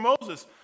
Moses